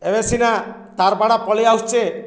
ଏବେ ସିନା ତାର୍ ବାଡ଼ା ପଳେଇ ଆସୁଚେ